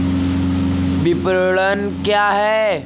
विपणन क्या है?